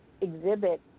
exhibit